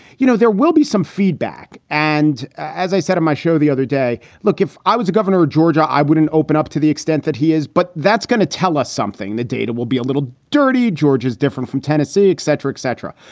you know, there will be some feedback. and as i said on my show the other day, look, if i was a governor of georgia, i wouldn't open up to the extent that he is. but that's going to tell us something. the data will be a little dirty. georgia's different from tennessee, et cetera, etc.